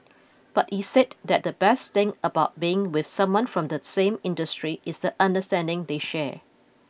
but he said that the best thing about being with someone from the same industry is the understanding they share